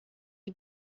die